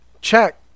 check